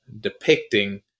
depicting